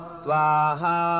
swaha